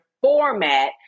format